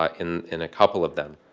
ah in in a couple of them.